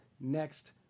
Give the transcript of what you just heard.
next